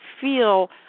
feel